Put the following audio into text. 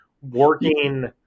working